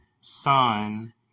son